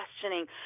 questioning